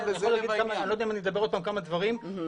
עוד כמה דברים,